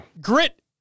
Grit